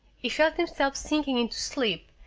he felt himself sinking into sleep,